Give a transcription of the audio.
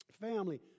family